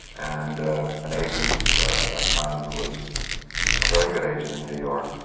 and an agent at that time, who is a very good agent in new york,